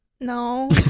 No